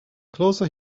closer